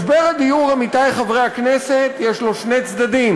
משבר הדיור, עמיתי חברי הכנסת, יש לו שני צדדים,